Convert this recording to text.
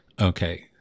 Okay